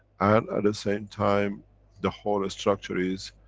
and at the same time the whole structure is,